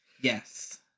Yes